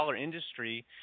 industry